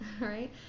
Right